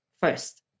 first